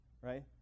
right